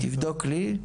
תבדוק לי.